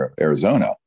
Arizona